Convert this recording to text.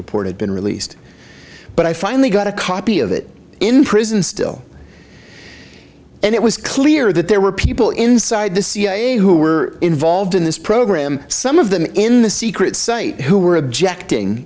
report had been released but i finally got a copy of it in prison still and it was clear that there were people inside the cia who were involved in this program some of them in the secret site who were objecting